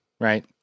right